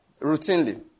routinely